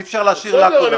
אי-אפשר להשאיר לקונה.